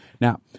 Now